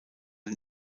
den